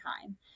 time